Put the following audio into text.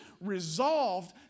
resolved